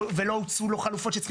ולא הוצעו לו חלופות,